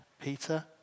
Peter